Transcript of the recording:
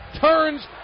Turns